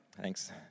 Thanks